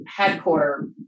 Headquarter